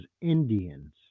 Indians